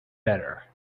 better